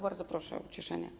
Bardzo proszę o uciszenie.